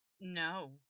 No